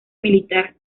militar